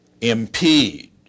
impede